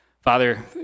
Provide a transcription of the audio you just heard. Father